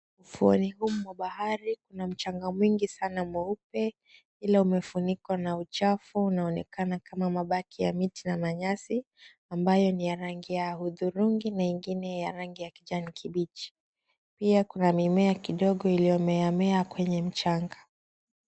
Ufuoni humu mwa bahari kuna mchanga mwingi sana mweupe umefunikwa na uchafi unoonekana kama mabaki ya miti na manyasi ya rangi ya hudhurungi na ingine ya rangi ya kijani kibichi, pia kuna mimea kidogo iliyomea mea kwenye mchanga.